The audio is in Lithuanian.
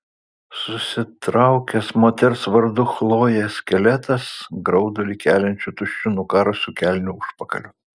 susitraukęs moters vardu chlojė skeletas graudulį keliančiu tuščiu nukarusiu kelnių užpakaliu